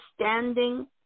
standing